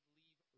leave